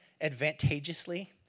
advantageously